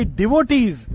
devotees